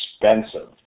expensive